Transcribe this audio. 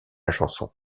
chanson